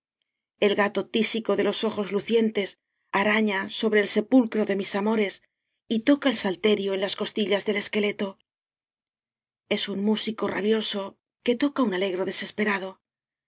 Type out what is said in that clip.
el gato tísico de los ojos lucientes araña sobre el sepulcro de mis amores y toca el t salterio mrttiv en las eostillas del esqueleto es un músico rabioso que toca un alegro desesperado